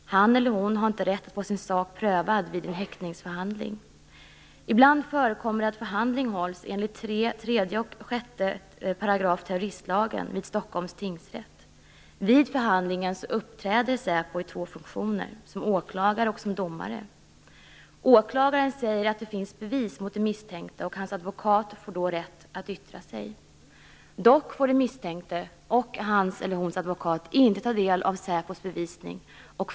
Han eller hon har inte rätt att få sin sak prövad vid en häktningsförhandling. Ibland förekommer det i Stockholms tingsrätt att förhandling hålls enligt 3 och 6 §§ terroristlagen. Vid förhandlingarna uppträder säpo i två funktioner, som åklagare och som domare. Åklagaren säger att det finns bevis mot den misstänkte och hans advokat får då rätt att yttra sig. Dock får den misstänkte och hans eller hennes advokat inte ta del av säpos bevisning.